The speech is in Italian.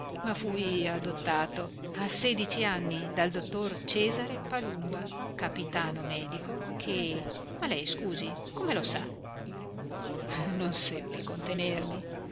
ma fui adottato a sedici anni dal dottor cesare palumba capitano medico che ma lei scusi come lo sa non seppi contenermi